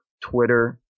Twitter